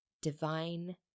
divine